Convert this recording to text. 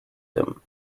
him